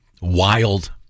wild